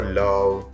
love